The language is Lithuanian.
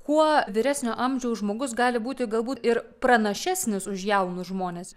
kuo vyresnio amžiaus žmogus gali būti galbūt ir pranašesnis už jaunus žmones